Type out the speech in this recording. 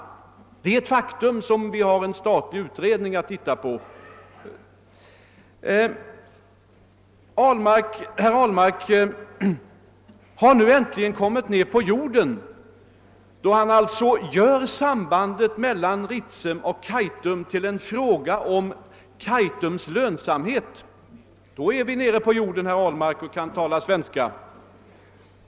Det är ett faktum som en statlig utredning just fått fram. Herr Ahlmark har äntligen kommit ned på jorden, då han gör sambandet mellan Ritsem och Kaitum till en fråga om Kaitums lönsamhet. Då kan vi alltså talas vid på vanlig svenska.